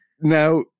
now